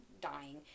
dying